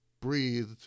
breathed